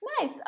Nice